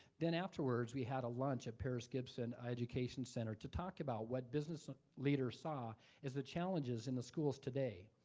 then afterwards, we had a lunch at paris gibson education center to talk about what business leaders saw as the challenges in the schools today.